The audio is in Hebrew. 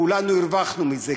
כולנו הרווחנו מזה.